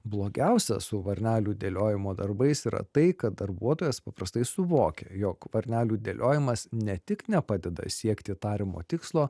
blogiausia su varnelių dėliojimo darbais yra tai kad darbuotojas paprastai suvokia jog varnelių dėliojimas ne tik nepadeda siekti tariamo tikslo